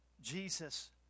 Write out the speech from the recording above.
Jesus